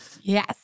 Yes